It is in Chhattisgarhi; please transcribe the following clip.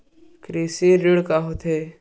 कृषि ऋण का होथे?